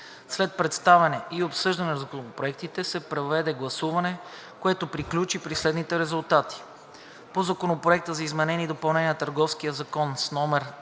След представяне и обсъждане на законопроектите се проведе гласуване, което приключи при следните резултати: 1. По Законопроекта за изменение и допълнение на Търговския закон, №